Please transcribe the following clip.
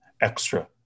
extra